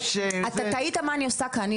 אבל אתה תהית מה אני עושה כאן,